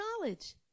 knowledge